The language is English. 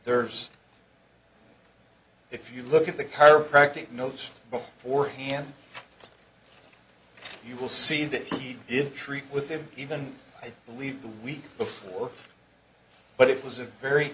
there's if you look at the chiropractor knows beforehand you will see that he did treat with him even i believe the week before but it was a very